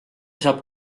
saab